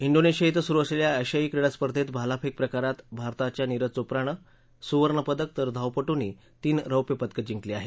िक्वीनेशिया िक्वे सुरु असलेल्या आशियाई क्रीडा स्पर्धेत भालाफेक प्रकारात भारताच्या नीरज चोप्रानं सुवर्णपदक तर धावपटूंनी तीन रौप्य पदकं जिंकली आहेत